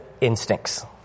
instincts